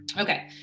Okay